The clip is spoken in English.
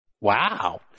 Wow